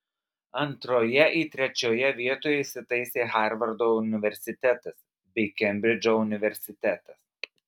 antroje į trečioje vietoje įsitaisė harvardo universitetas bei kembridžo universitetas